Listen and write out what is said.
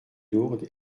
lourde